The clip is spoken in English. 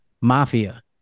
mafia